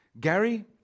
Gary